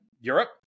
Europe